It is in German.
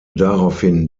daraufhin